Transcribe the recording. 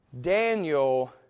Daniel